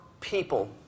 people